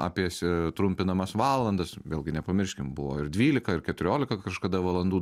apie si trumpinamas valandas vėlgi nepamirškim buvo ir dvylika ir keturiolika kažkada valandų